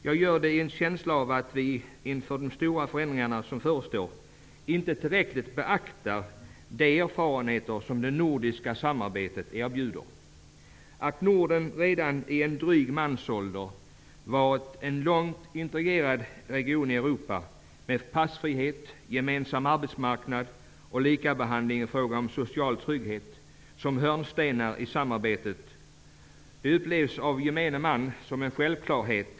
Jag gör det med en känsla av att vi inför de stora förändringar som förestår inte tillräckligt beaktar de erfarenheter som det nordiska samarbetet erbjuder. Att Norden redan i en dryg mansålder har varit en långt integrerad region i Europa med passfrihet, gemensam arbetsmarknad och likabehandling i fråga om social trygghet såsom hörnstenar i samarbetet upplevs av gemene man såsom en självklarhet.